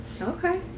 Okay